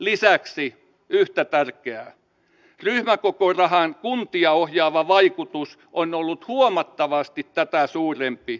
lisäksi yhtä tärkeää ryhmäkokorahan kuntia ohjaava vaikutus on ollut huomattavasti tätä suurempi